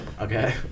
okay